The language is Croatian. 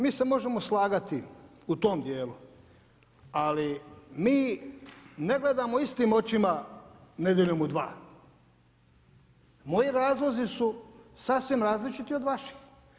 Mi se možemo slagati u tom dijelu, ali mi ne gledamo istim očima Nedjeljom u 2. Moji razlozi su sasvim različiti od vaših.